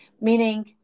meaning